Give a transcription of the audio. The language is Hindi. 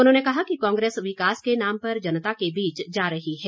उन्होंने कहा कि कांग्रेस विकास के नाम पर जनता के बीच जा रही है